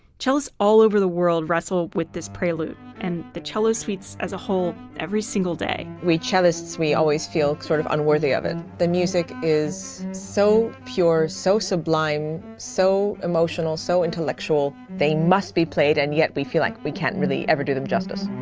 cellist all over the world wrestle with this prelude and the cello suites as a whole every single day. we cellist, we always feel sort of unworthy of it. the music is so pure, so sublime, so emotional, so intellectual. they must be played, and yet we feel like we can't we can't really ever do them justice.